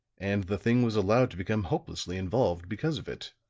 and the thing was allowed to become hopelessly involved because of it.